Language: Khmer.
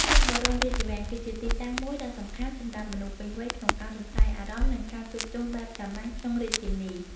មុខបរមរាជវាំង គឺជាទីតាំងមួយដ៏សំខាន់សម្រាប់មនុស្សពេញវ័យក្នុងការរំសាយអារម្មណ៍ និងការជួបជុំបែបសាមញ្ញក្នុងរាជធានី។